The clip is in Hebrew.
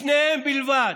בשניהם בלבד,